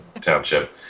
Township